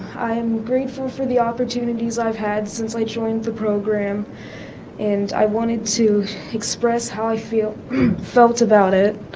i am grateful for the opportunities i've had since i joined the program and i wanted to express how i feel felt about it